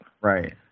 Right